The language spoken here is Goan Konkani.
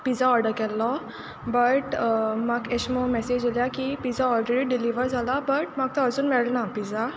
पिझ्झा ऑर्डर केल्लो बट म्हाका अशें म्होण मेसेज येयल्या की पिझ्झा ऑलरेडी डिलीवर जाला बट म्हाका तो अजून मेळ्ळ ना पिझ्झा